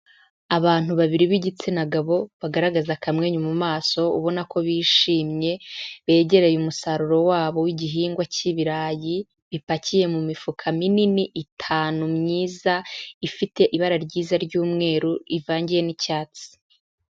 Abantu babiri b'igitsina gabo bagaragaza akamwenyu mu maso ubona ko bishimye, begereye umusaruro wabo w'igihingwa cy'ibirayi, bipakiye mu mifuka minini itanu myiza, ifite ibara ryiza ry'umweru ivangiye n'icyatsi.